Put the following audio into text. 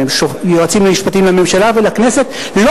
יועצים משפטיים לממשלה ולכנסת לא